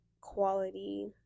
quality